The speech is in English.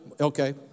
okay